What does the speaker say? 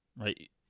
right